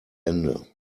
ende